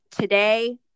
today